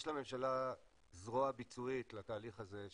יש לממשלה זרוע ביצועית לתהליך הזה.